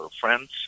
friends